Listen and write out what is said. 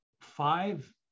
five